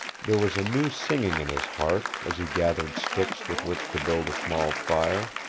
there was a new singing in his heart as he gathered sticks with which to build a small fire,